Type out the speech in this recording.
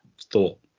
thought